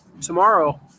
tomorrow